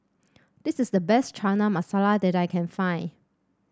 this is the best Chana Masala that I can find